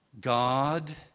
God